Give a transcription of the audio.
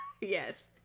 Yes